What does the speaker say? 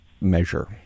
measure